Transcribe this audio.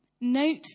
note